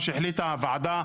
מה שהחליטה הוועדה,